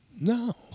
No